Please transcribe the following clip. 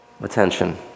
attention